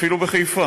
אפילו בחיפה.